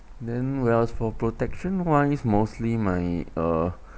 then whereas for protection wise mostly my uh